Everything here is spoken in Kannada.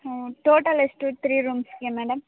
ಹಾಂ ಟೋಟಲ್ ಎಷ್ಟು ತ್ರೀ ರೂಮ್ಸ್ಗೆ ಮೇಡಮ್